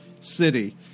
city